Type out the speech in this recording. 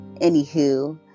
anywho